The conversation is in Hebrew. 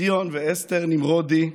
ציון ואסתר נמרודי,